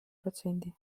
protsendi